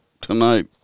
tonight